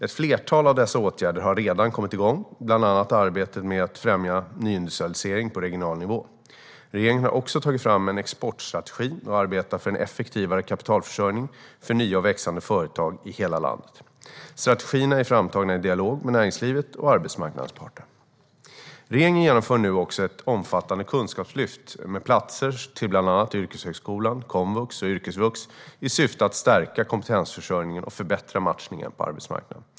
Ett flertal av dessa åtgärder har redan kommit igång, bland annat arbetet med att främja nyindustrialisering på regional nivå. Regeringen har också tagit fram en exportstrategi och arbetar för en effektivare kapitalförsörjning för nya och växande företag i hela landet. Strategierna är framtagna i dialog med näringslivet och arbetsmarknadens parter. Regeringen genomför nu också ett omfattande kunskapslyft med platser till bland annat yrkeshögskolan, komvux och yrkesvux i syfte att stärka kompetensförsörjningen och förbättra matchningen på arbetsmarknaden.